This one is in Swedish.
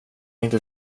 inte